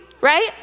right